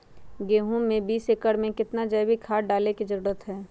गेंहू में बीस एकर में कितना जैविक खाद डाले के जरूरत है?